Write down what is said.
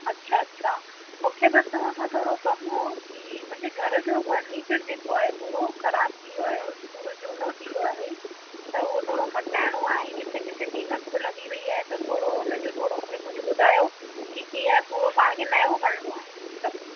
अच्छा अच्छा मूंखे बसि तव्हां सां थोरो कमु हुओ की मुंहिंजे घर जो फर्नीचर जेको आहे पूरो ख़राबु थी वियो आहे पूरो झूनो थी वियो आहे त उहो थोरो मटाइणो आहे किथे किथे दिमक बि लॻी वेई आहे त थोरो हुनजो थोरो मूंखे कुझु ॿुधायो की कीअं पूरो पाण खे नओं करिणो आहे सभु